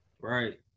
Right